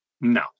No